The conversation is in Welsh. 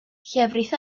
llefrith